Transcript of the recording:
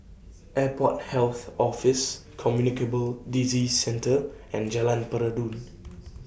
Airport Health Office Communicable Disease Centre and Jalan Peradun